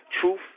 Truth